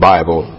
Bible